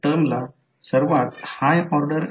जर ddt ला j ने बदलले तर आणि हे j L1 i1 j M i2 होईल